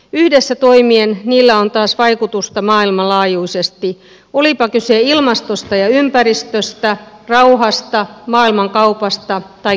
yhdessä toimien niillä on taas vaikutusta maailmanlaajuisesti olipa kyse ilmastosta ja ympäristöstä rauhasta maailmankaupasta tai kehitysyhteistyöstä